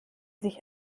sich